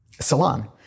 salon